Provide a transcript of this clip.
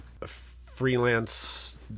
Freelance